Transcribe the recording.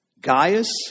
Gaius